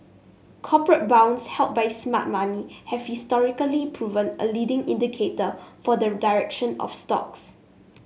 corporate bonds held by smart money have historically proven a leading indicator for the direction of stocks